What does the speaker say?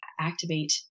activate